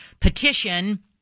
petition